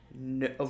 no